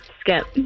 Skip